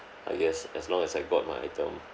I guess as long as I got my item